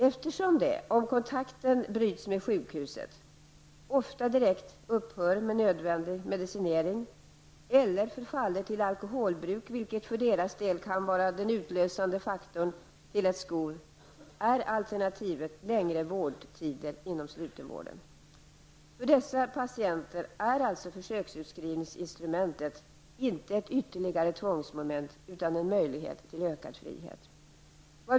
Eftersom de om kontakten bryts med sjukhuset ofta direkt upphör med medicinering eller förfaller till alkoholbruk, vilket för deras del kan vara den utlösande faktorn till skov, är alternativet längre vårdtider inom slutenvården. För dessa patienter är alltså försöksutskrivningsinstrumentet inte ett ytterligare tvångsmoment utan en möjlighet till ökad frihet.